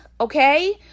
okay